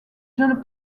jeunes